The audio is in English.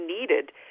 needed